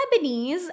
Lebanese